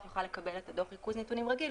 יוכל לקבל את דוח ריכוז הנתונים הרגיל,